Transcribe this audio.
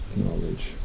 knowledge